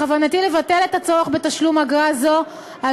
בכוונתי לבטל את הצורך בתשלום אגרה זו על